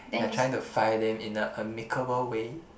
you're trying to fire them in a amicable way